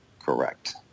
Correct